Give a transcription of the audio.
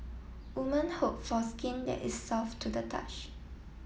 woman hope for skin that is soft to the touch